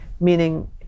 meaning